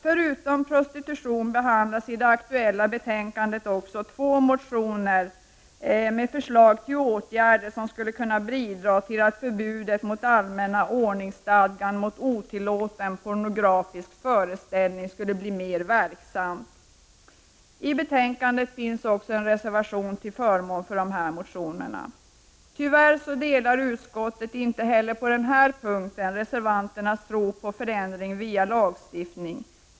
Förutom prostitution behandlas i det nu aktuella betänkandet också två motioner med förslag till åtgärder som skulle kunna bidra till att förbudet i allmänna ordningsstadgan mot otillåten pornografisk föreställning skulle bli mer verksamt. I betänkandet finns också en reservation till förmån för motionerna. Tyvärr delar utskottet inte heller på den här punkten reservanternas tro på förändring via lagstiftning.